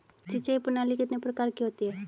सिंचाई प्रणाली कितने प्रकार की होती हैं?